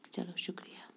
چلو شُکریہ